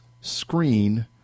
screen